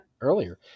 earlier